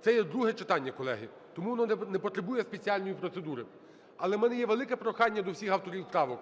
Це є друге читання, колеги, тому воно не потребує спеціальної процедури. Але в мене є велике прохання до всіх авторів правок.